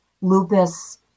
lupus